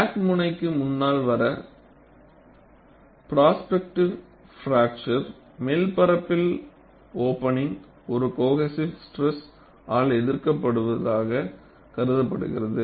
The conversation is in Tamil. கிராக் முனைக்கு முன்னால் வர ப்ராஸ்பேக்டிவெ பிராக்சர் மேல்பரப்புகளில் ஓப்பனிங் ஒரு கோஹெசிவ் ஸ்ட்ரெஸ் ஆல் எதிர்க்கப்படுவதாகக் கருதப்படுகிறது